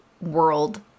world